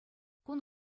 кун